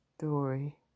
Story